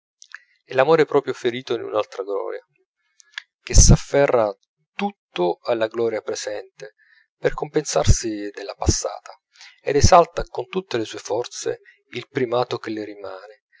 è l'amor proprio ferito in un'altra gloria che s'afferra tutto alla gloria presente per compensarsi della passata ed esalta con tutte le sue forze il primato che le rimane